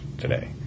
today